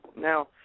Now